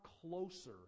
closer